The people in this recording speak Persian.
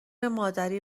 مادری